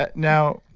but now,